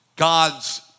God's